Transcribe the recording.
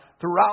throughout